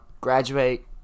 graduate